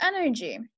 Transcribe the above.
energy